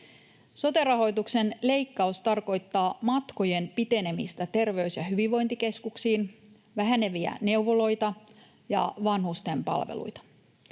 Sote-rahoituksen leikkaus tarkoittaa matkojen pitenemistä terveys- ja hyvinvointikeskuksiin sekä väheneviä neuvoloita ja vanhusten palveluita.